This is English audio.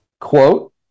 Quote